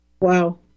Wow